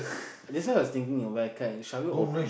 that's why I was thinking where can shall we open